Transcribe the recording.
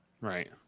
right